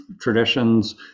traditions